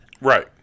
Right